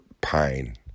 Pine